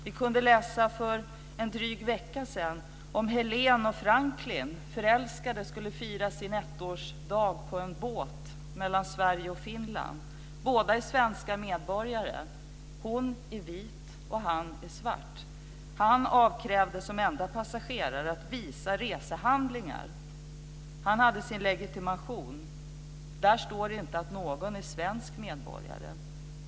Vi kunde läsa för en dryg vecka sedan om Helen och Franklin, förälskade som skulle fira sin ettårsdag på en båt mellan Sverige och Finland. Båda är svenska medborgare, hon är vit och han är svart. Han avkrävdes som enda passagerare att visa resehandlingar. Han hade sin legitimation. Där står inte att någon är svensk medborgare.